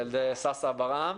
ילדי שאשא ברעם?